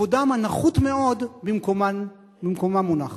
כבודם הנחות-מאוד במקומם מונח.